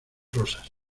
rosas